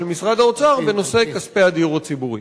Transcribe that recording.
של משרד האוצר בנושא כספי הדיור הציבורי.